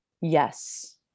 Yes